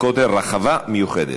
רחבה מיוחדת,